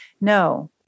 No